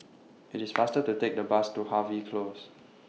IT IS faster to Take The Bus to Harvey Close